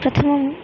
प्रथमम्